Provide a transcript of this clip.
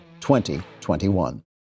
2021